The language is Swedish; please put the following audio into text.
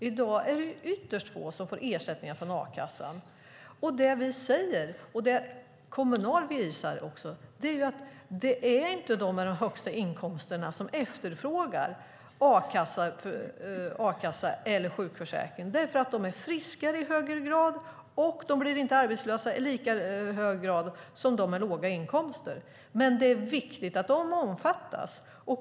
I dag är det ytterst få som får ersättningar från a-kassan. Det vi säger, och det Kommunal visar, är att det inte är de med de högsta inkomsterna som efterfrågar a-kassa eller sjukförsäkring, för de är friskare i högre grad och blir inte arbetslösa i lika hög grad som de med låga inkomster. Men det är viktigt att de omfattas.